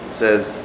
says